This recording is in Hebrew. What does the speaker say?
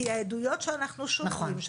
כי העדויות שאנחנו שומעים,